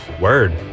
Word